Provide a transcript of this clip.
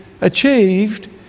achieved